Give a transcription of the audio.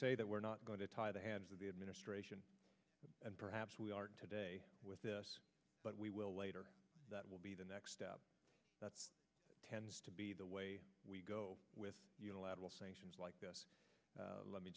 say that we're not going to tie the hands of the administration and perhaps we are today but we will later that will be the next step that tends to be the way we go with unilateral sanctions like this let me